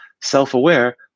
self-aware